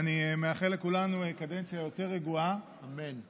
ואני מאחל לכולנו קדנציה יותר רגועה, אמן.